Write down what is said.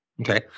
Okay